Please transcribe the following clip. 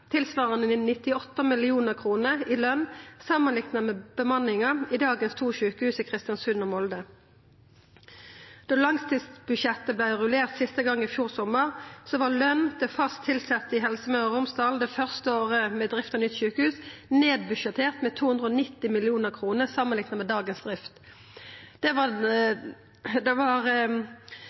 tilsvarande 98 mill. kr i løn, samanlikna med bemanninga i dagens to sjukehus, i Kristiansund og i Molde. Da langtidsbudsjettet vart rullert sist gong, i fjor sommar, var løn til fast tilsette i Helse Møre og Romsdal det første året med drift av nytt sjukehus nedbudsjettert med 290 mill. kr samanlikna med dagens drift. Det var planlagt omtrent like mange normalsenger på dagens to sjukehus. Det